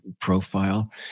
profile